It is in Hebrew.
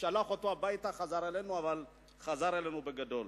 שלח אותו הביתה, חזר אלינו, אבל חזר אלינו בגדול.